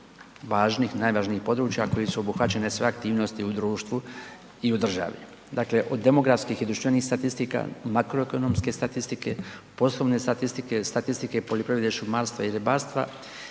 najvažnijih područja kojim su obuhvaćene sve aktivnosti u društvu i u državi. Dakle od demografskih i društvenih statistika, makroekonomske statistike, poslovne statistike, statistike poljoprivrede, šumarstva i ribarstva